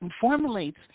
formulates